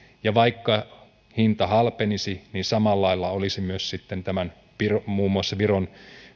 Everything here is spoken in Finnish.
ja vaikka hinta halpenisi niin samalla lailla olisi myös sitten muun muassa tämän viron